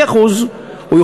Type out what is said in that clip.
לשלם לקבלן רק 0.5%,